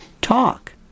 talk